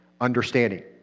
understanding